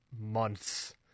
months